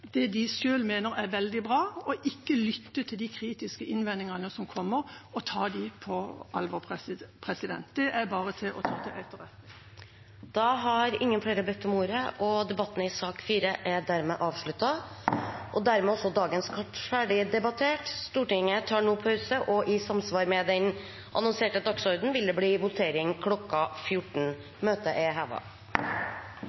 det de selv mener er veldig bra, og ikke lytte til de kritiske innvendingene som kommer, og ta dem på alvor. Det er bare å ta til etterretning. Flere har ikke bedt om ordet til sak nr. 4. Dermed er sakene på dagens kart ferdigdebattert. Stortinget tar nå pause, og i samsvar med den annonserte dagsordenen vil det bli votering kl. 14.